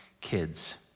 kids